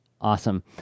Awesome